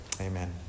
amen